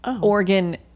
organ